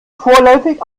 vorläufig